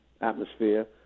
atmosphere